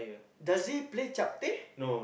does he play chapteh